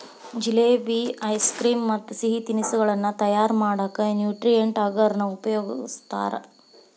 jalebi, ice cream ಮತ್ತ್ ಸಿಹಿ ತಿನಿಸಗಳನ್ನ ತಯಾರ್ ಮಾಡಕ್ ನ್ಯೂಟ್ರಿಯೆಂಟ್ ಅಗರ್ ನ ಉಪಯೋಗಸ್ತಾರ